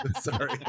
sorry